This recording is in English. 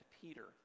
Peter